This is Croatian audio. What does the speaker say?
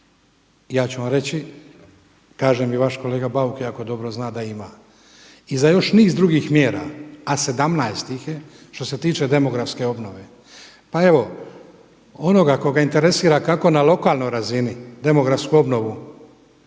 Ja ću vam reći, kaže mi vaš kolega Bauk jako dobro zna da ima. I za još niz drugih mjera, a 17 ih je. Što se tiče demografske obnove, pa evo koga interesira kako na lokalnoj razini demografsku obnovu